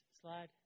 slide